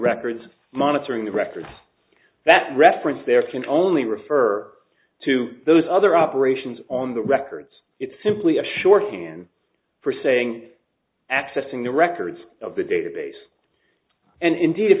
records monitoring the records that reference there can only refer to those other operations on the records it's simply a shorthand for saying accessing the records of the database and indeed if